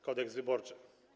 Kodeks wyborczy.